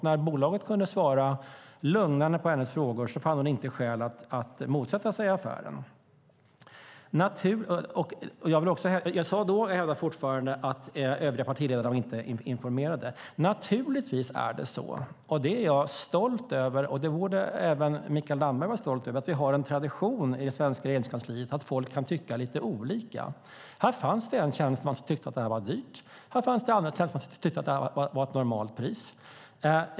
När bolaget kunde svara lugnande på hennes frågor fann hon inte skäl att motsätta sig affären. Jag sade då, och hävdar fortfarande, att övriga partiledare inte var informerade. Naturligtvis är det så - det är jag stolt över, och det borde även Mikael Damberg vara - att vi har en tradition i det svenska Regeringskansliet att folk kan tycka lite olika. Här fanns det en tjänsteman som tyckte att det här var dyrt, medan det fanns andra som tyckte att det var ett normalt pris.